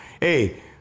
Hey